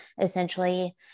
essentially